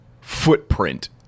footprint